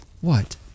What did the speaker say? What